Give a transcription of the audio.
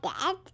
dad